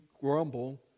grumble